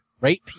great